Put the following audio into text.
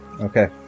Okay